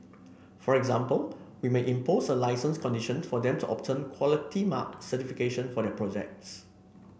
for example we may impose a licence condition for them to obtain Quality Mark certification for their projects